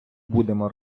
будемо